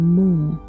more